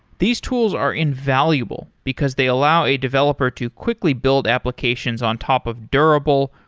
these tools are invaluable, because they allow a developer to quickly build applications on top of durable,